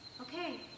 Okay